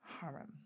harem